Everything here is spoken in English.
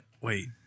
Wait